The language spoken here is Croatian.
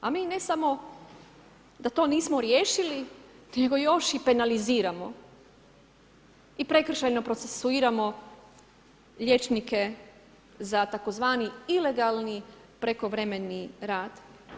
A mi ne samo da to nismo riješili nego još i penaliziramo i prekršajno procesuiramo liječnike za tzv. ilegalni prekovremeni rad.